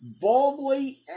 boldly